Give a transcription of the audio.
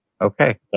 Okay